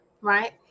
right